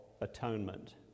atonement